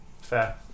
fair